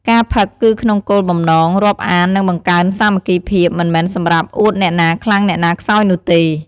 ការផឹកគឺក្នុងគោលបំណង រាប់អាន និងបង្កើនសាមគ្គីភាព មិនមែនសម្រាប់អួតអ្នកណាខ្លាំងអ្នកណាខ្សោយនោះទេ។